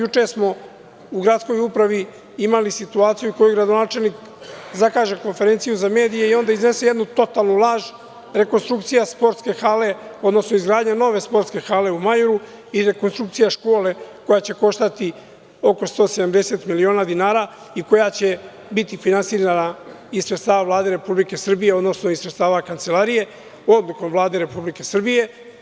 Juče smo u gradskoj upravi imali situaciju, u kojoj gradonačelnik zakaže konferenciju za medije i onda iznese jednu totalnu laž, rekonstrukcija sportske hale, odnosno izgradnja nove sportske hale i rekonstrukcija škole koja će koštati oko 170 miliona dinara i koja će biti finansirana iz sredstava Vlade Republike Srbije, odnosno iz sredstava kancelarije odlukom Vlade Republike Srbije.